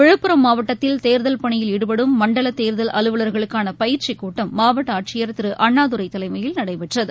விழுப்புரம் மாவட்டத்தில் தேர்தல் பணியில் ஈடுபடும் மண்டல தேர்தல் அலுவலர்களுக்கான பயிற்சிக் கூட்டம் மாவட்ட ஆட்சியர் திரு அண்ணாதுரை தலைமையில் நடைபெற்றது